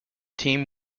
team